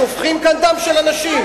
שופכים כאן דם של אנשים.